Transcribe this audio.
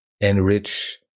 enrich